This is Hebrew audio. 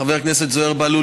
חבר הכנסת זוהיר בהלול,